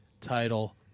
title